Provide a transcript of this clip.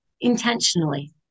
intentionally